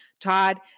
Todd